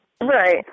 Right